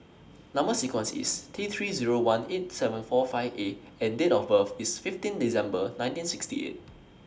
Number sequence IS T three Zero one eight seven four five A and Date of birth IS fifteen December nineteen sixty eight